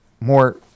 more